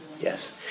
yes